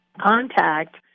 contact